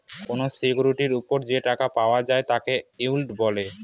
কোনো সিকিউরিটির ওপর যে টাকা পাওয়া যায় তাকে ইল্ড বলে